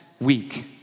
week